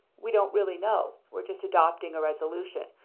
we don't really know. we're just adopting a resolution.